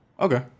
Okay